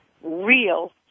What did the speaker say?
real